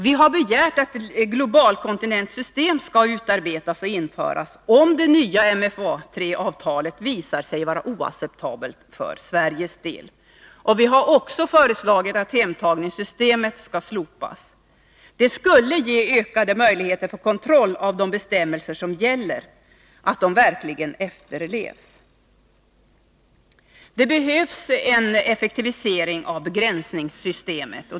Vi har begärt att ett globalkontingentsystem skall utarbetas och införas, om det nya MFA III-avtalet visar sig vara oacceptabelt för Sveriges del. Vi har också föreslagit Nr 167 att hemtagningssystemet skall slopas. Det skulle ge ökade möjligheter för Måndagen den kontroll av att gällande bestämmelser verkligen efterlevs. Det behövs en 3 juni 1982 effektivisering av begränsningssystemet.